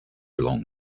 long